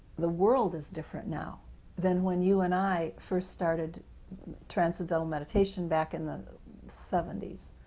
the world is different now than when you and i first started transcendental meditation back in the seventy s,